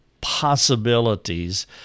possibilities